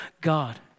God